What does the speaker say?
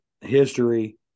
history